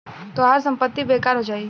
तोहार संपत्ति बेकार हो जाई